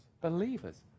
believers